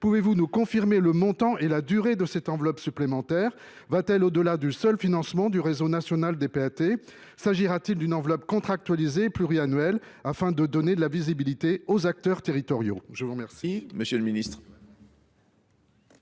pouvez vous nous confirmer le montant et la durée de cette enveloppe supplémentaire ? Va t elle au delà du seul financement du réseau national des PAT ? S’agira t il d’une enveloppe contractualisée pluriannuelle afin de donner de la visibilité aux acteurs territoriaux ?